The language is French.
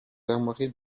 armoiries